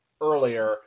earlier